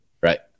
Right